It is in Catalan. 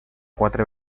quatre